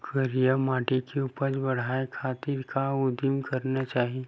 करिया माटी के उपज बढ़ाये खातिर का उदिम करना चाही?